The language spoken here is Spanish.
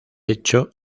hecho